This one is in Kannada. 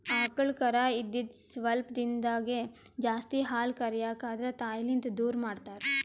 ಆಕಳ್ ಕರಾ ಇದ್ದಿದ್ ಸ್ವಲ್ಪ್ ದಿಂದಾಗೇ ಜಾಸ್ತಿ ಹಾಲ್ ಕರ್ಯಕ್ ಆದ್ರ ತಾಯಿಲಿಂತ್ ದೂರ್ ಮಾಡ್ತಾರ್